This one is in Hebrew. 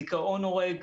דיכאון הורג,